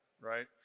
right